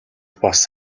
бас